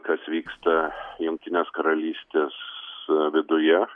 kas vyksta jungtinės karalystės viduje